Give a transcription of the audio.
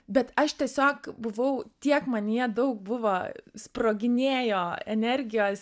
bet aš tiesiog buvau tiek manyje daug buvo sproginėjo energijos